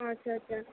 আচ্ছা আচ্ছা